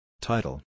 Title